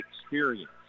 experience